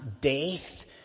death